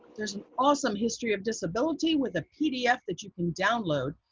there's an awesome history of disability with a pdf that you can download.